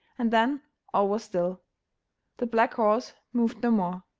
and then all was still the black horse moved no more.